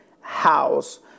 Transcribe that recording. house